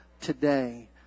today